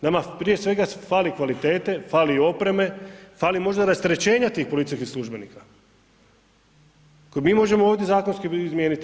Nama prije svega fali kvalitete, fali opreme, fali možda rasterećenja tih policijskih službenika koje mi možemo ovdje zakonski izmijeniti.